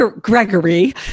Gregory